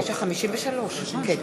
אדוני,